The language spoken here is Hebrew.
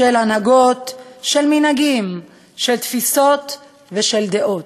של הנהגות, של מנהגים, של תפיסות ושל דעות,